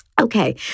okay